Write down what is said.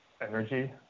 energy